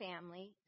family